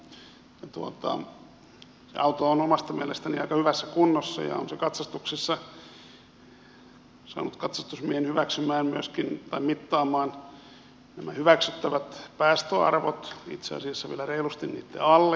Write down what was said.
se auto on omasta mielestäni aika hyvässä kunnossa ja on se katsastuksessa saanut katsastusmiehen mittaamat hyväksyttävät päästöarvot itse asiassa vielä reilusti niitten allekin